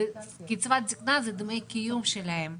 קצבת הזקנה היא דמי הקיום של הנשים האלה.